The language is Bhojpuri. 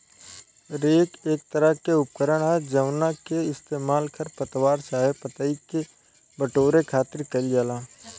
रेक एक तरह के उपकरण ह जावना के इस्तेमाल खर पतवार चाहे पतई के बटोरे खातिर कईल जाला